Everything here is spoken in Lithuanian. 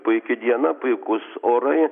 puiki diena puikūs orai